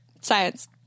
Science